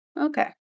Okay